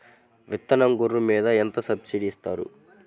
విత్తనం గొర్రు మీద ఎంత సబ్సిడీ ఇస్తారు?